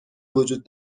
وجود